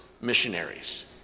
missionaries